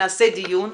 נעשה דיון,